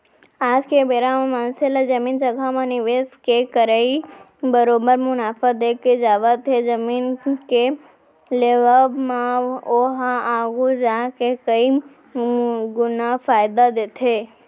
आज के बेरा म मनसे ला जमीन जघा म निवेस के करई बरोबर मुनाफा देके जावत हे जमीन के लेवब म ओहा आघु जाके कई गुना फायदा देथे